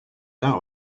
that